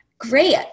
Great